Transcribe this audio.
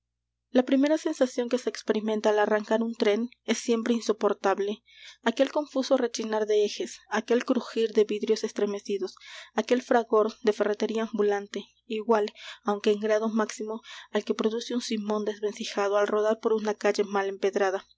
la primera sensación que se experimenta al arrancar un tren es siempre insoportable aquel confuso rechinar de ejes aquel crujir de vidrios estremecidos aquel fragor de ferretería ambulante igual aunque en grado máximo al que produce un simón desvencijado al rodar por una calle mal empedrada